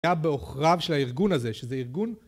היה בעוכריו של הארגון הזה שזה ארגון